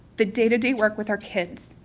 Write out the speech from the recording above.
the day-to-day work with our kids.